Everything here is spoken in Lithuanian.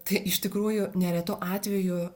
tai iš tikrųjų neretu atveju